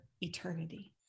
eternity